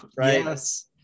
Yes